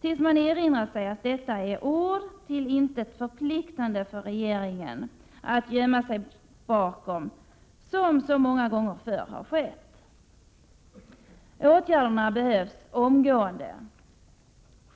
tills man erinrar sig att detta är ord, till intet förpliktande, för regeringen att gömma sig bakom, som så många gånger förr har skett. Åtgärder behövs omgående.